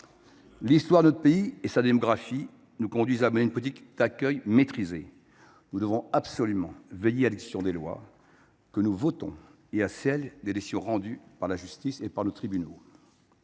L’histoire de notre pays et sa démographie nous conduisent à mener une politique d’accueil maîtrisée. Nous devons absolument veiller à l’exécution des lois que nous votons et à celle des décisions rendues par la justice et par nos tribunaux.